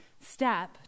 step